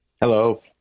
Hello